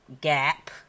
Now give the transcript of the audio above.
gap